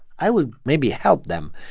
i will maybe help them.